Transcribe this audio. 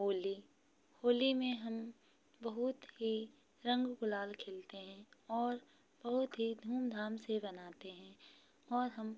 होली होली में हम बहुत ही रंग गुलाल खेलते हैं और बहुत ही धूम धाम से मनाते हैं और हम